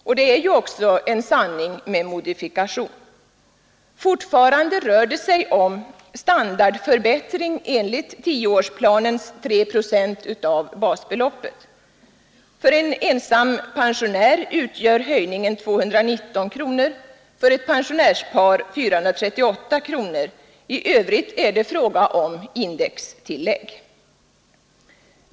Och det är ju också en sanning med modifikation. Fortfarande rör det sig om en standardförbättring enligt tioårsplanens 3 procent av basbeloppet. För en ensam pensionär utgör höjningen 219 kronor, för ett pensionärspar 438 kronor. I övrigt är det fråga om indextillägg.